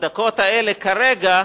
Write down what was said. בדקות האלה, כרגע,